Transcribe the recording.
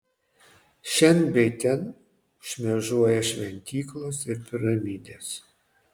šen bei ten šmėžuoja šventyklos ir piramidės